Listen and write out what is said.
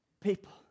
people